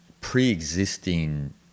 pre-existing